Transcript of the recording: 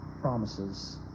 promises